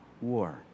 war